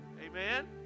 Amen